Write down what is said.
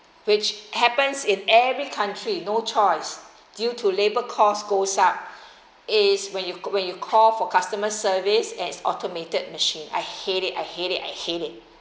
which happens in every country no choice due to labor cost goes up is when you when you call for customer service and it's automated machine I hate it I hate it I hate it